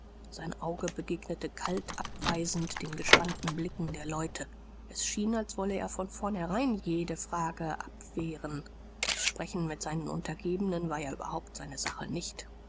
sein auge begegnete kalt abweisend den gespannten blicken der leute es schien als wolle er von vornherein jede frage abwehren das sprechen mit seinen untergebenen war ja überhaupt seine sache nicht